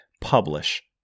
publish